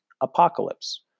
Apocalypse